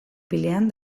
pilean